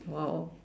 !wow!